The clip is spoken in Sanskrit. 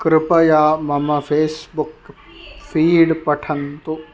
कृपया मम फ़ेस्बुक् फ़ीड् पठन्तु